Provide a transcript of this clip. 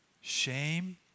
Shame